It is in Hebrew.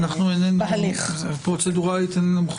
ואנחנו, פרוצדורלית, איננו מחויבים להקריא אותם?